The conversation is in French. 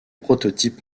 prototypes